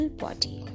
body